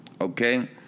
Okay